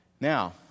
Now